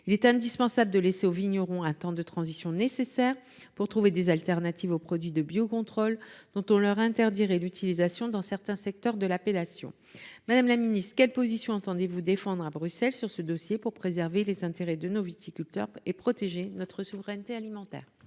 Il est indispensable de laisser aux vignerons un temps de transition nécessaire pour trouver des alternatives aux produits de biocontrôle, dont on leur interdirait l’utilisation dans certains secteurs de l’appellation. Madame la ministre, quelles positions le Gouvernement entend il défendre à Bruxelles sur ce dossier pour préserver les intérêts de nos viticulteurs et protéger notre souveraineté alimentaire ?